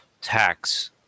tax